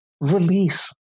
release